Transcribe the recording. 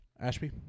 Ashby